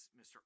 Mr